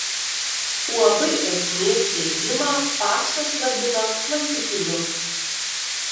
uab esmė steigimą paksas vadina klasikiniu